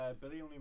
Billy